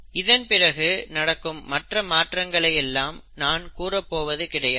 இதன் பிறகு நடக்கும் மற்ற மாற்றங்களை எல்லாம் நான் கூறப்போவது இடையது